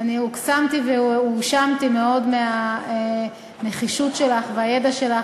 אני הוקסמתי והתרשמתי מאוד מהנחישות שלך והידע שלך